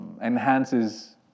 enhances